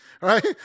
right